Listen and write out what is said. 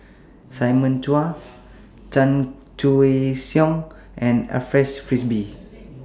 Simon Chua Chan Choy Siong and Alfred Frisby